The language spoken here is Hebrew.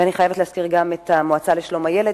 ואני חייבת להזכיר גם את המועצה לשלום הילד,